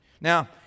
Now